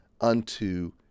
unto